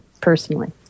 personally